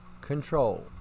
control